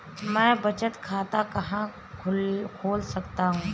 मैं बचत खाता कहाँ खोल सकता हूँ?